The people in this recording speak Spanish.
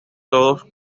todos